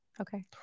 Okay